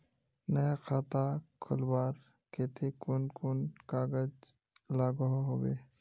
नया खाता खोलवार केते कुन कुन कागज लागोहो होबे?